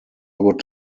would